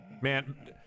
Man